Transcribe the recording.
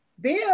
Bill